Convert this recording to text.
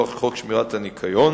בחלק מהסקרים מעל 50% והנפוץ ביותר בים,